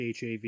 HAV